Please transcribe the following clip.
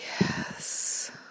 Yes